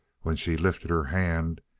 when she lifted her hand,